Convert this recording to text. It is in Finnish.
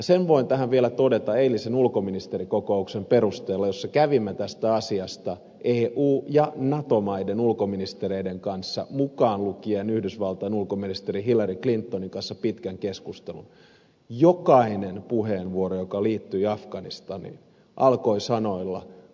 sen voin tähän vielä todeta eilisen ulkoministerikokouksen perusteella jossa kävimme tästä asiasta eu ja nato maiden ulkoministereiden kanssa mukaan lukien yhdysvaltojen ulkoministeri hillary clinton pitkän keskustelun että jokainen puheenvuoro joka liittyi afganistaniin alkoi sanoilla